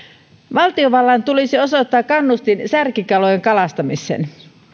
valtiovallan tulisi osoittaa kannustin särkikalojen kalastamiseen